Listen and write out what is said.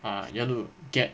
ah you want to get